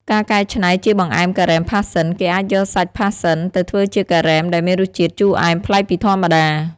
ការកែច្នៃជាបង្អែមការ៉េមផាសសិន គេអាចយកសាច់ផាសសិនទៅធ្វើជាការ៉េមដែលមានរសជាតិជូរអែមប្លែកពីធម្មតា។